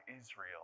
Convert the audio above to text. Israel